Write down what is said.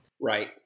Right